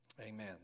Amen